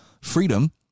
freedom